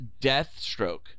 Deathstroke